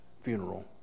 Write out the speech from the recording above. funeral